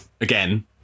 again